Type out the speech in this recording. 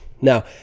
Now